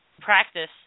practice